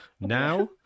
Now